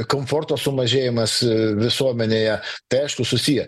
komforto sumažėjimas visuomenėje tai aišku susiję